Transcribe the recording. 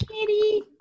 Kitty